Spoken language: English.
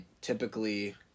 typically